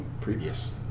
previous